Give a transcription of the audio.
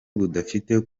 budafite